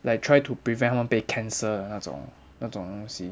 like try to prevent 他们被 cancel 那种那种东西